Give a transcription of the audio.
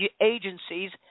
agencies